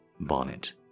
Bonnet